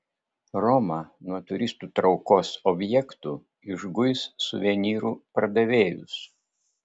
roma nuo turistų traukos objektų išguis suvenyrų pardavėjus